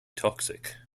toxic